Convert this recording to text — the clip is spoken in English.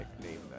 nickname